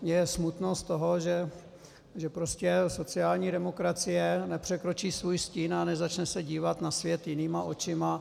Mně je smutno z toho, že prostě sociální demokracie nepřekročí svůj stín a nezačne se dívat na svět jinýma očima.